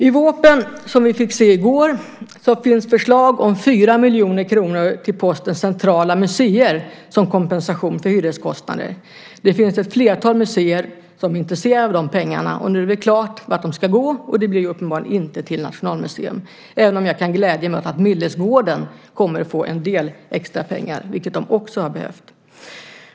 I vårpropositionen, som vi fick se i går, finns förslag om 4 miljoner kronor till posten centrala museer som kompensation för hyreskostnader. Det finns ett flertal museer som är intresserade av de pengarna. Nu är det klart vart de ska gå, och det blir uppenbarligen inte till Nationalmuseum, även om jag kan glädja mig åt att Millesgården kommer att få en del extra pengar, vilket de också har behövt.